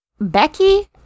Becky